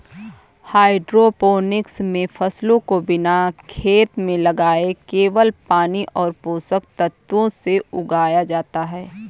hydroponics मे फसलों को बिना खेत में लगाए केवल पानी और पोषक तत्वों से उगाया जाता है